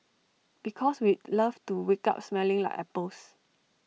because we'd love to wake up smelling like apples